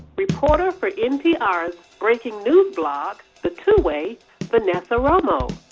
reporter for npr's breaking news blog the two-way vanessa romo,